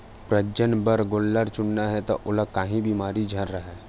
प्रजनन बर गोल्लर चुनना हे त ओला काही बेमारी झन राहय